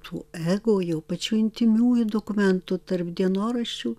tų ego jau pačių intymiųjų dokumentų tarp dienoraščių